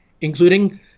including